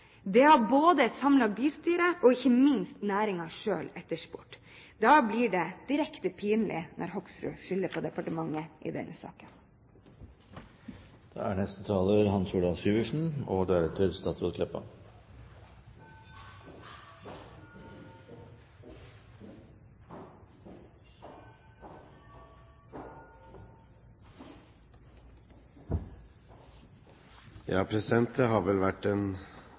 Det har både et samlet bystyre og ikke minst næringen selv etterspurt. Da blir det direkte pinlig når Hoksrud skylder på departementet i denne saken. Det har vært en debatt hvor det har vært litt pingpong om hvem som har